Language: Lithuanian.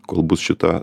kol bus šita